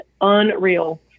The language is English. unreal